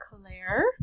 Claire